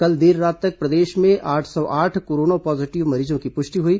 कल देर रात तक प्रदेश में आठ सौ आठ कोरोना पॉजीटिव मरीजों की पुष्टि हुई